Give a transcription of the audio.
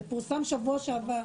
זה פורסם בשבוע שעבר.